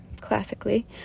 Classically